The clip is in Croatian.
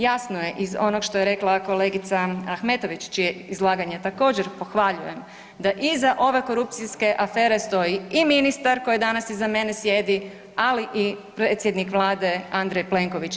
Jasno je iz onoga što je rekla kolegica Ahmetović čije izlaganje također pohvaljujem da iza ove korupcijske afere stoji i ministar koji danas iza mene sjedi, ali i predsjednik Vlade Andrej Plenković.